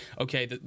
okay